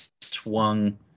swung